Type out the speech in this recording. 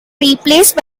replaced